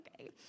okay